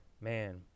man